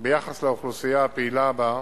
ביחס לאוכלוסייה הפעילה בה,